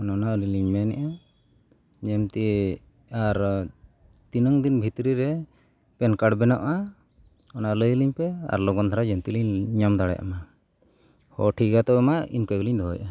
ᱚᱱ ᱚᱱᱟ ᱟᱹᱞᱤᱧ ᱞᱤᱧ ᱢᱮᱱᱮᱫᱼᱟ ᱡᱮ ᱢᱮᱱᱛᱮ ᱟᱨ ᱛᱤᱱᱟᱹᱝ ᱫᱤᱱ ᱵᱷᱤᱛᱨᱤ ᱨᱮ ᱯᱮᱱ ᱠᱟᱨᱰ ᱵᱮᱱᱟᱜᱼᱟ ᱚᱱᱟ ᱞᱟᱹᱭ ᱟᱹᱞᱤᱧ ᱯᱮ ᱟᱨ ᱞᱚᱜᱚᱱ ᱫᱷᱟᱨᱟ ᱡᱟᱛᱮ ᱞᱤᱧ ᱧᱟᱢ ᱫᱟᱲᱮᱭᱟᱜᱼᱢᱟ ᱦᱚᱸ ᱴᱷᱤᱠ ᱜᱮᱭᱟ ᱛᱚᱵᱮ ᱤᱱᱠᱟᱹ ᱜᱮᱞᱤᱧ ᱫᱚᱦᱚᱭᱮᱫᱼᱟ